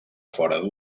fora